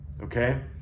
okay